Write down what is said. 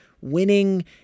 winning